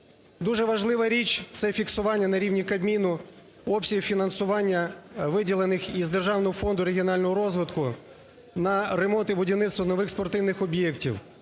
Дуже важлива річ – це фіксування на рівні Кабміну обсягів фінансування виділених із Державного фонду регіонального розвитку на ремонт і будівництво нових спортивних об'єктів.